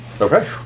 Okay